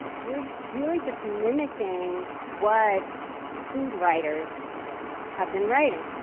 we're really just mimicking what food writers have been writing.